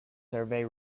survey